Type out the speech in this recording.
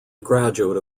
graduate